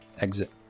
exit